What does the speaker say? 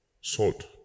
salt